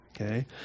okay